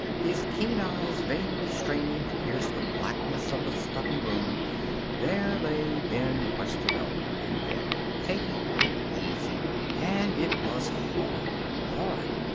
his keen eyes vainly straining to pierce the blackness of the stuffy room there lay ben westerveld in bed, taking it easy. and it was hard. hard.